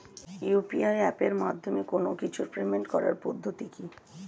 UPI এপের মাধ্যমে কোন কিছুর পেমেন্ট করার পদ্ধতি কি?